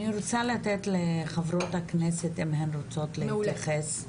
אני רוצה לתת לחברות הכנסת אם הן רוצות להתייחס.